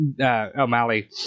O'Malley